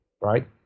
right